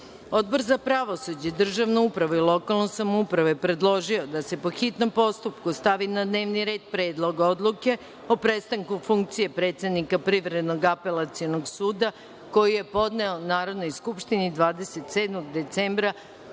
za pravosuđe, državnu upravu i lokalnu samoupravu je predložio da se, po hitnom postupku, stavi na dnevni red Predlog odluke o prestanku funkcije predsednika Privrednog apelacionog suda, koji je podneo Narodnoj skupštini 27. decembra